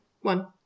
One